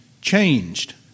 changed